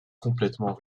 complètement